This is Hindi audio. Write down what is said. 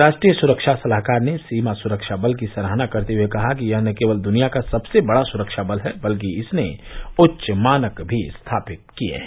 राष्ट्रीय सुरक्षा सलाहकार ने सीमा सुरक्षा बल की सराहना करते हुए कहा कि यह न केवल दुनिया का सबसे बड़ा सुरक्षा बल है बल्कि इसने उच्च मानक भी स्थापित किए हैं